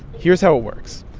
here's how it works.